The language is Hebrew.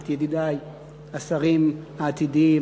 את ידידי השרים העתידיים,